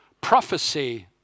Prophecy